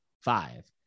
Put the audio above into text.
five